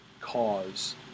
cause